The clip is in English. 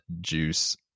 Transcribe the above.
juice